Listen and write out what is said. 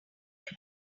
back